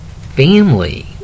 Family